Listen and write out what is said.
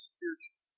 Spiritual